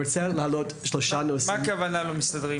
מה הכוונה לא מסתדרים?